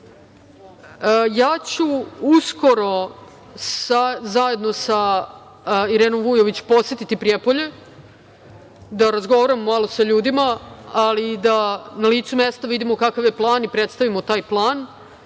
3.500.Uskoro ću zajedno sa Irenom Vujović posetiti Prijepolje, da razgovaramo malo sa ljudima, ali i da na licu mesta vidimo kakav je plan i predstavimo taj plan.